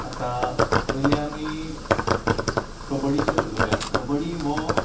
आतां पयलीं आमी कबड्डीचेर उलोवया कबड्डी हो